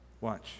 Watch